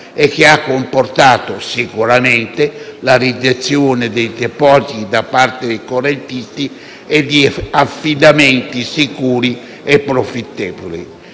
e che ha comportato sicuramente la riduzione dei depositi da parte dei correntisti e di affidamenti sicuri e profittevoli.